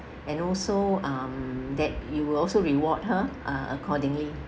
and also um that you will also reward her uh accordingly